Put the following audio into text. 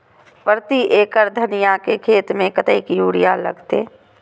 प्रति एकड़ धनिया के खेत में कतेक यूरिया लगते?